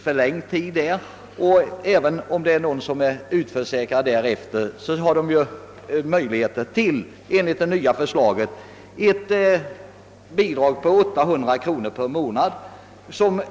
Vidare har enligt det nya förslaget den som är utförsäkrad därefter möjlighet att få ett skattepliktigt bidrag på 800 kronor per månad.